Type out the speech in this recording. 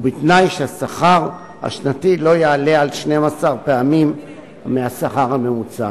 ובתנאי שהשכר השנתי לא יעלה על 12 פעמים השכר הממוצע.